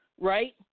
right